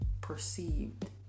perceived